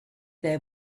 they